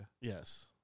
Yes